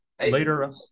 later